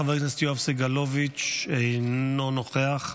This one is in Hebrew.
חבר הכנסת יואב סגלוביץ' אינו נוכח.